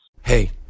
Hey